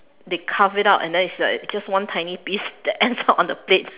they carve it out and then it's it's just one tiny piece that ends up on the plate